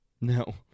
no